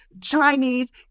Chinese